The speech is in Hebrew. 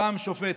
"פעם שופט,